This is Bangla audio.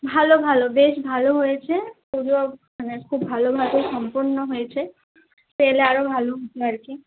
ভালো ভালো বেশ ভালো হয়েছে পূজো মানে খুব ভালোভাবে সম্পন্ন হয়েছে এলে আরও ভালো হত আর কি